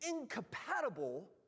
incompatible